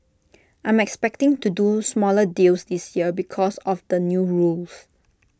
I'm expecting to do smaller deals this year because of the new rules